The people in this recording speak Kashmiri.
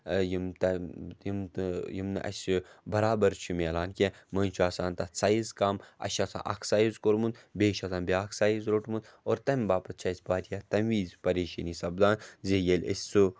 یِم یِم تہٕ یِم نہٕ اَسہِ بَرابَر چھِ ملان کیٚنٛہہ مٔنٛزۍ چھُ آسان تَتھ سایِز کَم اَسہِ چھُ آسان اَکھ سایز کوٚرمُت بیٚیہِ چھُ آسان بیٛاکھ سایز روٚٹمُت اور تَمہِ باپَتھ چھِ اَسہِ واریاہ تَمہِ وِز پریشٲنی سَپدان زِ ییٚلہِ أسۍ سُہ